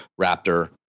Raptor